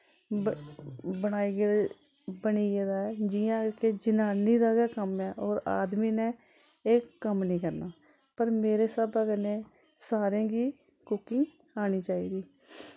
ब बनाई गेदे बनी गेदा ऐ जि'यां कि जनानी दा गै कम्म ऐ होर आदमी ने एह् कम्म निं करना पर मेरे स्हाबा कन्नै सारें गी कुकिंग औनी चाहिदी